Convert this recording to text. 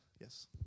Yes